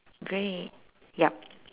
grey yup